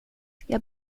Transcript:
jag